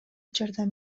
жардам